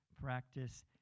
practice